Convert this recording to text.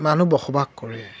মানুহ বসবাস কৰে